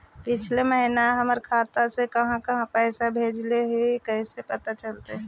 पिछला महिना हमर खाता से काहां काहां पैसा भेजल गेले हे इ कैसे पता चलतै?